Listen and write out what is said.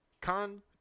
con